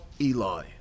Eli